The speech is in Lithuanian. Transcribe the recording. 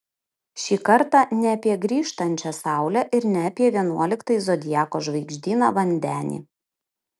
šį kartą ne apie grįžtančią saulę ir ne apie vienuoliktąjį zodiako žvaigždyną vandenį